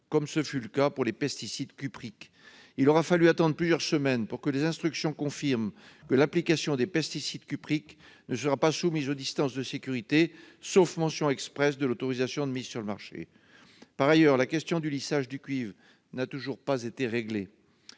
comme ce fut le cas pour les pesticides cupriques. Il aura fallu attendre plusieurs semaines pour que les instructions confirment que l'application de ces pesticides ne sera pas soumise aux distances de sécurité, sauf mention expresse de l'autorisation de mise sur le marché. Par ailleurs, la question du lissage du cuivre n'a toujours pas été réglée.